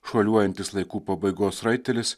šuoliuojantis laikų pabaigos raitelis